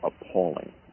appalling